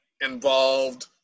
involved